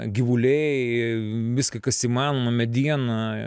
gyvuliai viską kas įmanoma medieną